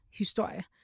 historie